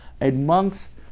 amongst